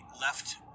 left